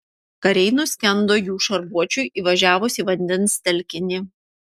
kariai nuskendo jų šarvuočiui įvažiavus į vandens telkinį